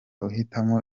uhitamo